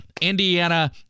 Indiana